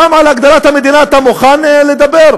גם על הגדרת המדינה אתה מוכן לדבר?